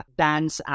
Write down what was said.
dance